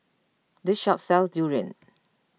this shop sells Durian